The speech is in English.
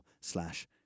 slash